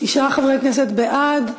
תשעה חברי כנסת בעד,